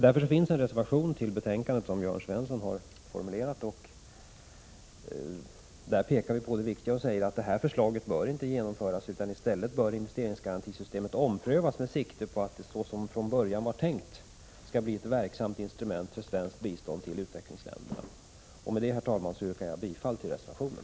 Det finns en reservation till betänkandet, som Jörn Svensson har formulerat. Där framhåller vi att detta förslag inte bör genomföras. I stället bör investeringsgarantisystemet omprövas med sikte på att det, som det från början var tänkt, skall bli ett verksamt instrument för svenskt bistånd till utvecklingsländerna. Med detta, herr talman, yrkar jag bifall till reservationen.